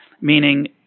meaning